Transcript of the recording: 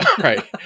right